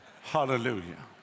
Hallelujah